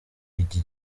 iki